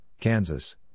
Kansas